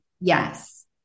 Yes